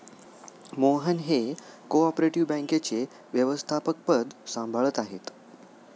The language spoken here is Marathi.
मोहन हे को ऑपरेटिव बँकेचे व्यवस्थापकपद सांभाळत आहेत